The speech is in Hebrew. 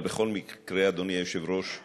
אבל בכל מקרה, אדוני היושב-ראש,